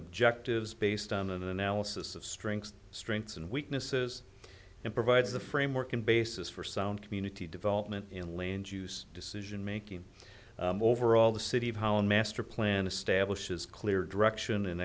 objectives based on an analysis of strengths strengths and weaknesses and provides a framework in basis for sound community development in land use decision making overall the city of holland master plan establishes clear direction and